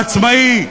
העצמאי,